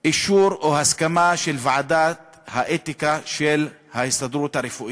אישור או הסכמה של ועדת האתיקה של ההסתדרות הרפואית.